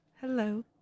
Hello